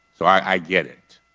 so i get it.